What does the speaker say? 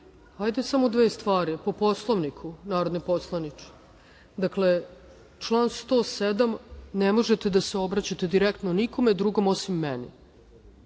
da vam kažem. Po Poslovniku, narodni poslaniče, dakle, član 107. ne možete da se obraćate direktno nikome drugom osim meni. Što